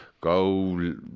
go